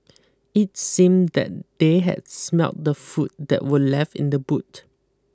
it seemed that they had smelt the food that were left in the boot